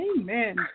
Amen